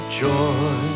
joy